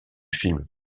film